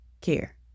care